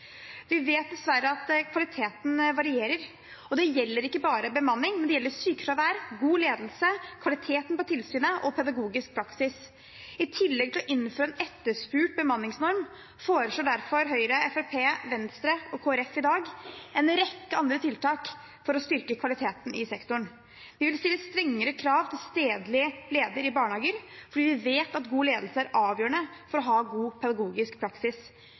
Vi vet dessverre at kvaliteten varierer. Det gjelder ikke bare bemanning, men sykefravær, god ledelse, kvaliteten på tilsynet og pedagogisk praksis. I tillegg til å innføre en etterspurt bemanningsnorm foreslår derfor Høyre, Fremskrittspartiet, Venstre og Kristelig Folkeparti i dag en rekke andre tiltak for å styrke kvaliteten i sektoren. Vi vil stille strengere krav til stedlig leder i barnehager fordi vi vet at god ledelse er avgjørende for å ha god pedagogisk praksis.